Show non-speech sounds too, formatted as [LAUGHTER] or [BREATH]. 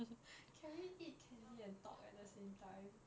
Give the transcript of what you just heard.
[BREATH] can we eat candy and talk at the same time